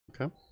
Okay